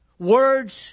Words